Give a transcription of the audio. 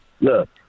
Look